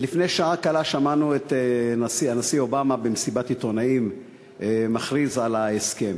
לפני שעה קלה שמענו את הנשיא אובמה במסיבת עיתונאים מכריז על ההסכם.